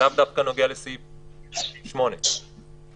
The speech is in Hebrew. זה לא דווקא נוגע לסעיף 8. אגב,